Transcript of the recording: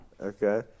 Okay